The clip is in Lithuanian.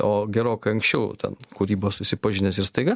o gerokai anksčiau ten kūrybos susipažinęs ir staiga